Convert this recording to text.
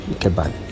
Goodbye